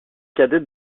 cadet